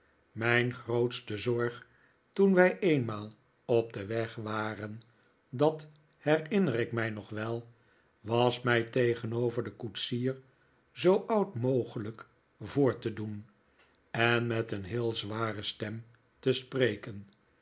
mijn grootste zorg toen wij eenmaal op weg waren dat herinner ik mij nog wel was mij tegenover den koetsier zoo oud mogelijk voor te doen en met een heel zware stem te spreken